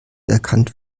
erkannt